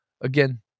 again